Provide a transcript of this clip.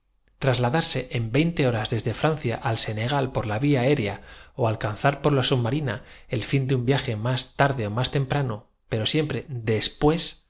ladarse en veinte horas desde francia al senegal por de dar cuatro veces la vuelta al orbe terráqueo en un la vía aérea ó alcanzar por la submarina el fin de un segundo la idea tarde en volver á su punto de partida viaje más tarde ó más temprano pero siempre después